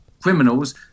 Criminals